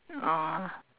ah